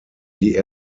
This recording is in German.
die